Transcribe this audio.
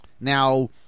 Now